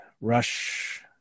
rush